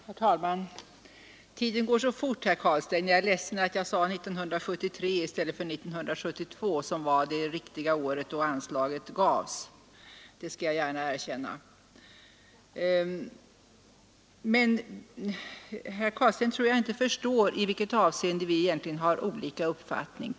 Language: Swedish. Herr talman! Tiden går så fort, herr Carlstein, och jag är ledsen över att jag sade 1973 i stället för 1972, som var det år då anslaget gavs. Jag tror inte att herr Carlstein egentligen förstår i vilket avseende vi har olika uppfattning.